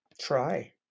Try